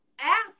ask